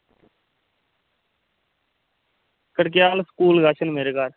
कड़कयाल school कश न मेरे घर